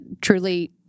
truly